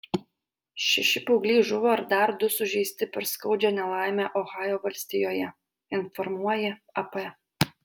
šeši paaugliai žuvo ir dar du sužeisti per skaudžią nelaimę ohajo valstijoje informuoja ap